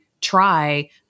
try